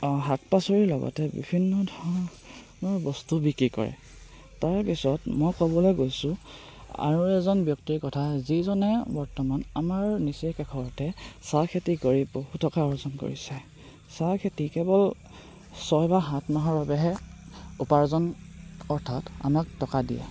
শাক পাচলিৰ লগতে বিভিন্ন ধৰণৰ বস্তু বিক্ৰী কৰে তাৰপিছত মই ক'বলৈ গৈছোঁ আৰু এজন ব্যক্তিৰ কথা যিজনে বৰ্তমান আমাৰ নিচেই কাষৰতে চাহ খেতি কৰি বহু টকা অৰ্জন কৰিছে চাহ খেতি কেৱল ছয় বা সাত মাহৰ বাবেহে উপাৰ্জন অৰ্থাৎ আমাক টকা দিয়ে